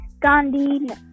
Gandhi